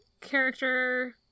character